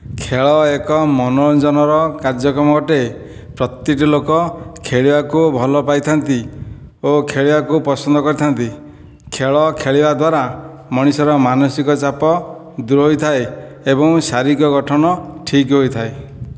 ଖେଳ ଏକ ମନୋରଞ୍ଜନର କାର୍ଯ୍ୟକ୍ରମ ଅଟେ ପ୍ରତିଟି ଲୋକ ଖେଳିବାକୁ ଭଲ ପାଇଥାନ୍ତି ଓ ଖେଳିବାକୁ ପସନ୍ଦ କରିଥାନ୍ତି ଖେଳ ଖେଳିବା ଦ୍ୱାରା ମଣିଷର ମାନସିକ ଚାପ ଦୂର ହୋଇଥାଏ ଏବଂ ଶାରୀରିକ ଗଠନ ଠିକ ହୋଇଥାଏ